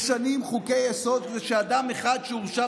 משנים חוקי-יסוד כדי שאדם אחד שהורשע